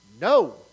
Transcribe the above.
No